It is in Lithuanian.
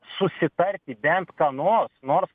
susitarti bent ką nors nors